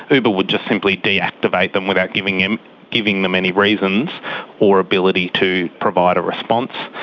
uber would just simply deactivate them without giving them giving them any reasons or ability to provide a response.